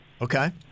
Okay